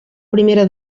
primera